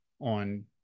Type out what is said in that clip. on